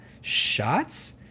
shots